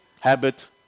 habit